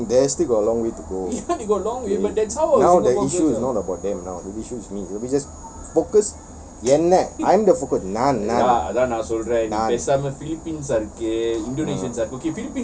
that one there still got a long way to go now the issue is not about them now the issue is me just focus என்ன:enna I'm the focus நான்:naan